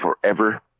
forever